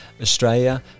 Australia